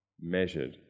measured